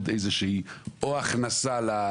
המטרה שלי,